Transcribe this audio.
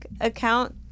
account